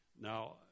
Now